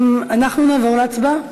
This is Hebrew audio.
אנחנו נעבור להצבעה.